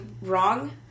wrong